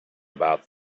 about